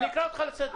אני אקרא אותך לסדר.